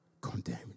condemned